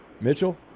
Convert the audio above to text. Mitchell